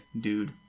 dude